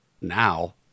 now